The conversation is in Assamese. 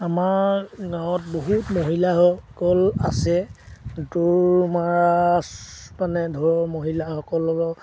আমাৰ গাঁৱত বহুত মহিলাসকল আছে দৌৰ মাছ মানে ধৰোঁ মহিলাসকল